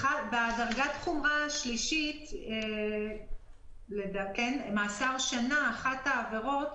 בדרגת החומרה השלישית, של מאסר שנה, היא: